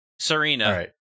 Serena